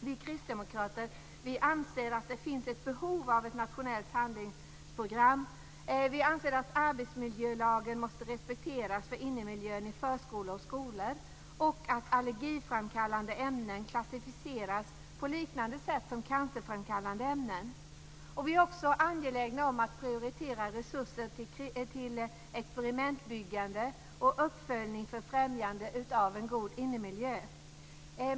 Vi kristdemokrater anser att det finns ett behov av ett nationellt handlingsprogram. Vi anser att arbetsmiljölagen måste respekteras när det gäller innemiljön i förskolor och skolor och att allergiframkallande ämnen klassificeras på ett sätt som liknar det som används för cancerframkallande ämnen. Vi är också angelägna om att prioritera resurser till experimentbyggande och uppföljning för främjande av en god innemiljö.